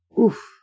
oof